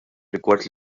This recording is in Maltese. rigward